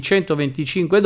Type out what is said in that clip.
125